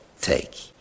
take